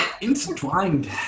intertwined